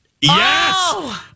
Yes